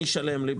מי ישלם לי?